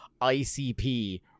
ICP